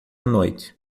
noite